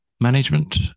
management